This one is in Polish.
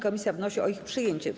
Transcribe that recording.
Komisja wnosi o ich przyjęcie.